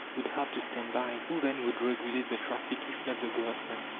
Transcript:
would have to stand by. who, then, would regulate the traffic if not the government?